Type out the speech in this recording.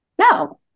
No